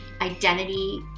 identity